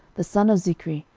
the son of zichri,